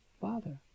Father